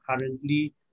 currently